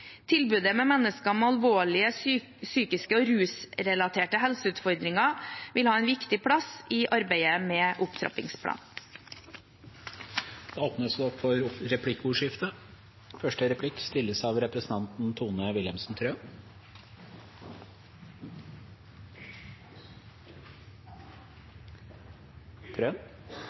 Tilbudet til mennesker med alvorlige psykiske og rusrelaterte helseutfordringer vil ha en viktig plass i arbeidet med opptrappingsplanen. Det blir replikkordskifte. Det har gjennom mange år vært en utfordring med utstrakt bruk av